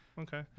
Okay